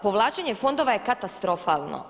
Povlačenje fondova je katastrofalno.